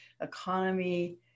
economy